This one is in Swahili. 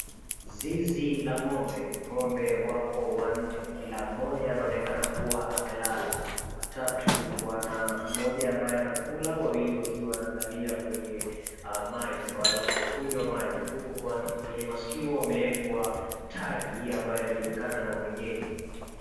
Zizi la ng'ombe, ng'ombe wapo wanne ila mmoja anaonekana kua amelala watatu wana, moja ambaye anakula wawili akiwa wanaangalia kwenye maji, anapokunywa maji, huku kwenye masikio wameekwa tagi ambayo inajulikana na mwenyenji.